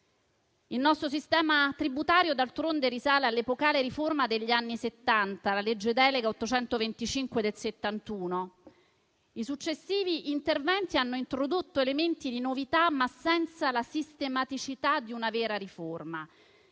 Il nostro sistema tributario, d'altronde, risale all'epocale riforma degli anni Settanta, alla legge delega n. 825 del 1971. I successivi interventi hanno introdotto elementi di novità, ma senza la sistematicità di una vera riforma